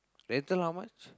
rental how much